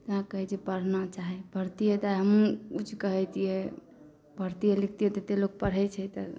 कहै छी पढ़ना चाही पढ़तियै तऽ आइ हमहुँ किछु कहतियै पढ़तियै लिखतियै जतऽ लोक पढ़ै छै